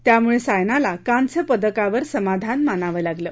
त्यामुळे सायनाला कांस्य पदकावर समाधान मानावं लागलं